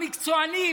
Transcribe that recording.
המקצוענים,